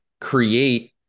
create